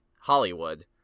Hollywood